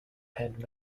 had